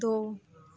ਦੋ